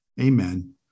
amen